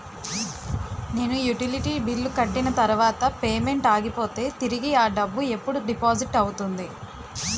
నేను utility bill కట్టిన తర్వాత పేమెంట్ ఆగిపోతే తిరిగి అ డబ్బు ఎప్పుడు డిపాజిట్ అవుతుంది?